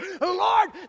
Lord